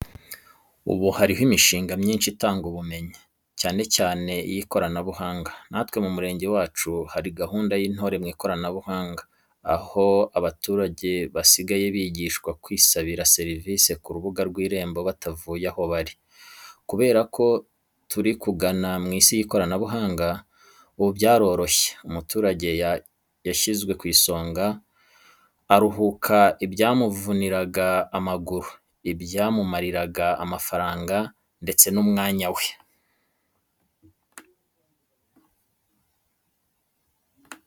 Ubu hariho imishinga myinshi itanga ubumenyi, cyane cyane iy’ikoranabuhanga. Natwe mu murenge wacu hari gahunda y’Intore mu Ikoranabuhanga, aho abaturage basigaye bigishwa kwisabira serivisi ku rubuga rw’Irembo batavuye aho bari. Kubera ko turikugana mu isi y’ikoranabuhanga, ubu byaroroshye, umuturage yashyizwe ku isonga, aruhuka ibyamuvuniraga amaguru, ibyamumariraga amafaranga ndetse n’umwanya we.